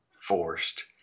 forced